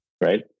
Right